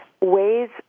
ways